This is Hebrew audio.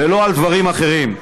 ולא על דברים אחרים.